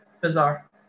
bizarre